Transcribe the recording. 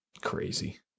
Crazy